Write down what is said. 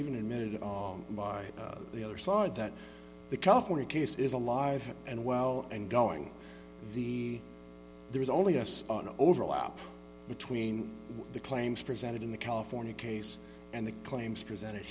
even admitted on by the other side that the california case is alive and well and going the there is only us an overlap between the claims presented in the california case and the claims presented